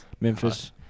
Memphis